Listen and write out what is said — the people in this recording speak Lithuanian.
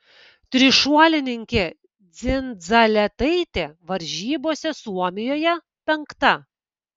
trišuolininkė dzindzaletaitė varžybose suomijoje penkta